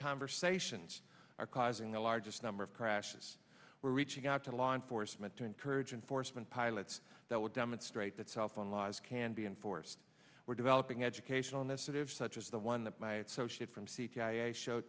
conversations are causing the largest number of crashes we're reaching out to law enforcement to encourage enforcement pilots that would demonstrate that cell phone laws can be enforced we're developing educational initiatives such as the one that my associate from c